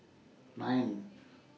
nine